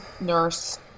nurse